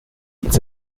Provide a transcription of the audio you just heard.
this